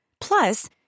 Plus